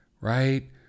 Right